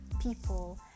people